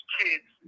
kids